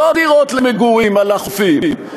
לא דירות למגורים על החופים,